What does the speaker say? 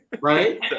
Right